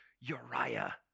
Uriah